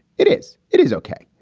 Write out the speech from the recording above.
it is. it is okay.